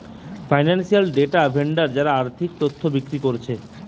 financial data vendor যারা আর্থিক তথ্য বিক্রি কোরছে